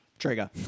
trigger